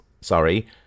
sorry